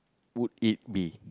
would it be